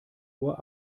uhr